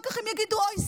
אחר כך הם יגידו: אוי,